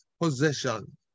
possession